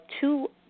two